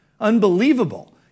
unbelievable